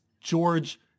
George